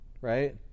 right